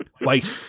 Wait